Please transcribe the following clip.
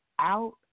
out